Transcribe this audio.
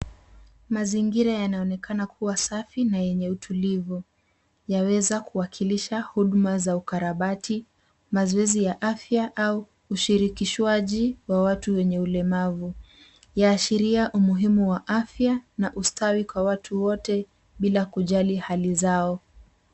Mazingira yanaonekana kuwa safi na yenye utulivu. Yaweza kuwakilisha huduma za ukarabati, mazoezi ya afya au ushirikishwaji wa watu wenye ulemavu, yaashiria umuhimu wa afya na ustwai kwa watu waote bila kujali hali zao.